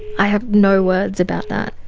i have no words about that.